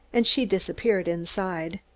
and she disappeared inside.